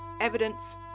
evidence